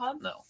no